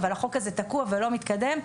אבל החוק הזה תקוע ולא מתקדם.